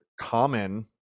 Common